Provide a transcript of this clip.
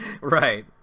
right